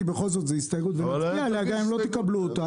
כי בכל זאת זו הסתייגות ונצביע עליה גם אם לא תקבלו אותה.